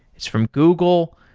it's from google,